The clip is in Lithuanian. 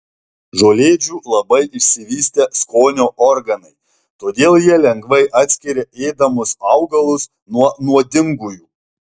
žolėdžių labai išsivystę skonio organai todėl jie lengvai atskiria ėdamus augalus nuo nuodingųjų